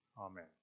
Amen